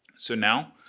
so now,